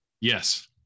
Yes